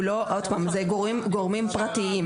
זה גורמים פרטיים.